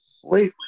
completely